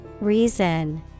Reason